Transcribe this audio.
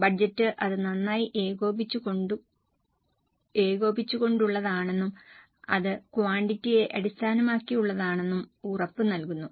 budget അത് നന്നായി ഏകോപിപ്പിച്ചു കൊണ്ടുള്ളതാണെന്നും അത് ക്വാണ്ടിറ്റിയെ അടിസ്ഥാനമാക്കിയുള്ളതാണെന്നും ഉറപ്പുനൽകുന്നു